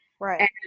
Right